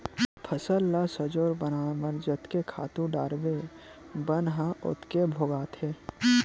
फसल ल सजोर बनाए बर जतके खातू डारबे बन ह ओतके भोगाथे